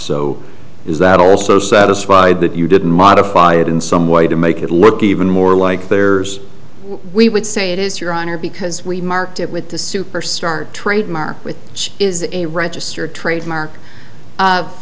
so is that also satisfied that you didn't modify it in some way to make it look even more like theirs we would say it is your honor because we marked it with the superstar trademark with she is a registered trademark